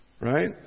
Right